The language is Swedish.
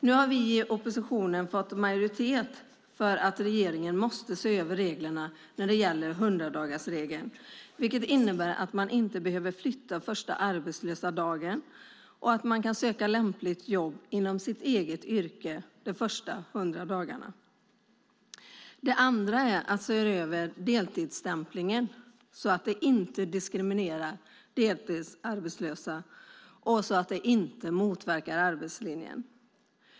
Nu har vi i oppositionen fått majoritet för att regeringen måste se över 100-dagarsregeln, vilket innebär att man inte behöver flytta den första arbetslösa dagen och att man kan söka lämpligt jobb inom sitt eget yrke de första 100 dagarna. Dessutom ska regeringen se över reglerna för deltidsstämplingen så att de inte diskriminerar deltidsarbetslösa och inte motverkar arbetslinjen.